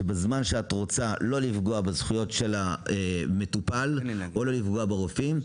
שבזמן שאת רוצה לא לפגוע בזכויות המטופל או לא לפגוע ברופאים,